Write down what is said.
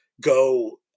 go